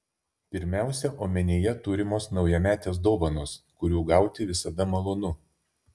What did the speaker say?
pirmiausia omenyje turimos naujametės dovanos kurių gauti visada malonu